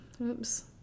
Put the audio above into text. Oops